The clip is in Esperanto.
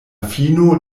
fino